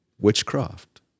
witchcraft